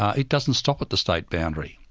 it doesn't stop at the state boundary,